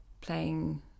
playing